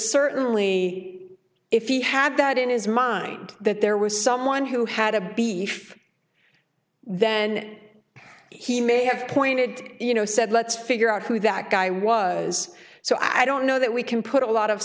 certainly if he had that in his mind that there was someone who had a beef then he may have pointed to you know said let's figure out who that guy was so i don't know that we can put a lot of